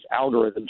algorithms